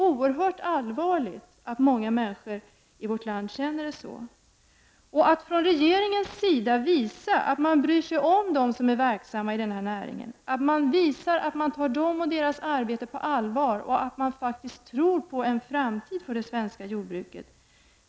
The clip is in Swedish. Det är oerhört allvarligt att många människor i vårt land känner det så. Från regeringens sida borde man visa att man bryr sig om dem som är verksamma i denna näring, att man tar dem och deras arbete på allvar och att man faktiskt tror på en framtid för det svenska jordbruket.